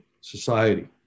society